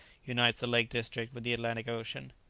unites the lake district with the atlantic ocean.